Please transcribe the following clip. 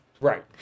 right